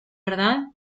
verdad